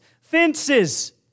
Fences